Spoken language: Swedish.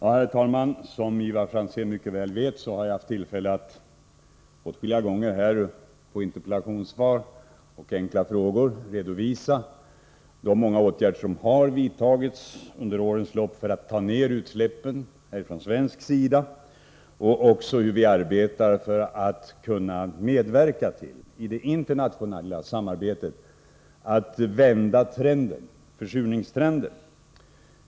Herr talman! Som Ivar Franzén mycket väl vet, har jag haft tillfälle att åtskilliga gånger i samband med besvarande av interpellationer och frågor redovisa de många åtgärder som under årens lopp har vidtagits från svensk sida för att minska utsläppen och också hur vi arbetar för att kunna medverka till, i det internationella samarbetet, att vända försurningstrenden.